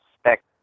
spec